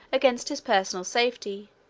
against his personal safety,